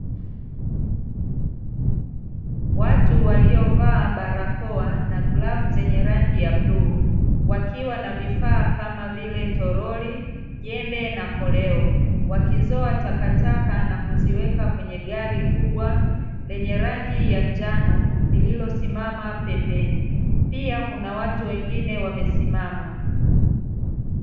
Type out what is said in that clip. Watu waliovaa barakoa na glavu zenye rangi ya bluu wakiwa na vifaa kama vile tolori, jembe na koleo. Wakizoa takataka na kuziweka kwenye gari kubwa lenye rangi ya njano lililosimama pembeni. Pia kuna watu wengine wamesimama.